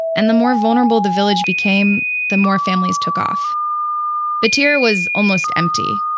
and the more vulnerable the village became, the more families took off battir was almost empty.